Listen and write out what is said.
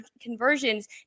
conversions